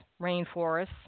rainforests